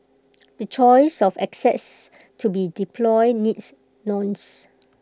the choice of assets to be deployed needs nuanced